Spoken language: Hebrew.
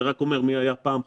זה רק אומר מי שהיה פעם חולה.